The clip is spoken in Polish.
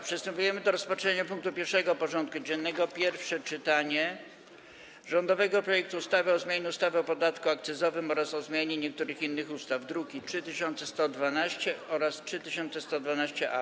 Przystępujemy do rozpatrzenia punktu 1. porządku dziennego: Pierwsze czytanie rządowego projektu ustawy o zmianie ustawy o podatku akcyzowym oraz o zmianie niektórych innych ustaw (druki nr 3112 i 3112-A)